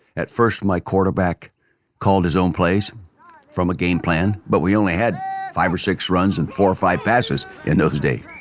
at first my quarterback called his own plays from a game plan, but we only had five or six runs and four or five passes in those days